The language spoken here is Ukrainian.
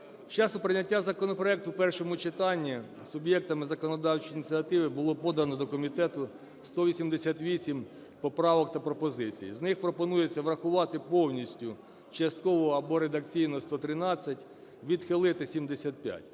часу прийняття законопроекту в першому читанні суб'єктами законодавчої ініціативи було подано до комітету 188 поправок та пропозицій. З них пропонується врахувати повністю, частково або редакційно 113, відхилити - 75.